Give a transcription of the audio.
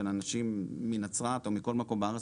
של אנשים מנצרת או מכל מקום בארץ,